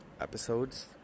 episodes